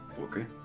Okay